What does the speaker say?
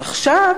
אבל עכשיו,